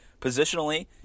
Positionally